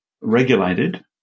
regulated